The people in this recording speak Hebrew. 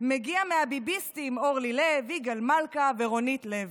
מגיע מהביביסטים, אורלי לב, יגאל מלכה ורונית לוי,